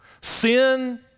Sin